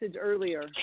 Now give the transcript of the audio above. earlier